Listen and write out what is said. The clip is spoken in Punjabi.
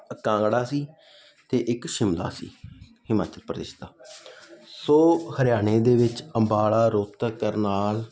ਕਾਂਗੜਾ ਸੀ ਅਤੇ ਇੱਕ ਸ਼ਿਮਲਾ ਸੀ ਹਿਮਾਚਲ ਪ੍ਰਦੇਸ਼ ਦਾ ਸੋ ਹਰਿਆਣੇ ਦੇ ਵਿੱਚ ਅੰਬਾਲਾ ਰੋਹਤਕ ਕਰਨਾਲ